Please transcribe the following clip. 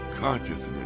consciousness